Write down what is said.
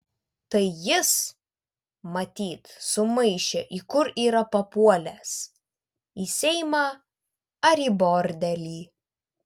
tai jis matyt sumaišė į kur yra papuolęs į seimą ar į bordelį